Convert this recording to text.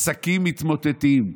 עסקים מתמוטטים,